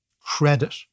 credit